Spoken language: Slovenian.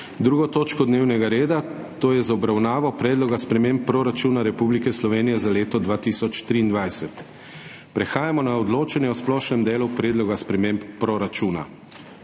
2. točko dnevnega reda, to je z obravnavo Predloga sprememb proračuna Republike Slovenije za leto 2023.** Prehajamo na odločanje o splošnem delu predloga sprememb proračuna.